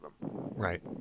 Right